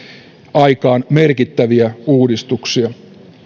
aikaan merkittäviä uudistuksia